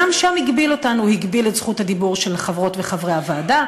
גם שם הוא הגביל אותנו: הגביל את זכות הדיבור של חברות וחברי הוועדה,